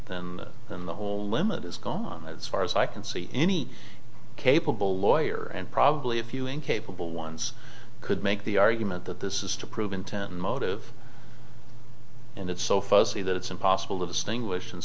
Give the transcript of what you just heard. and then the whole limit is gone as far as i can see any capable lawyer and probably a few incapable ones could make the argument that this is to prove intent and motive and it's so fuzzy that it's impossible to distinguish and